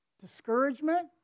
Discouragement